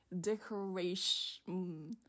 decoration